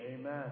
Amen